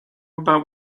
about